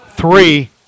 Three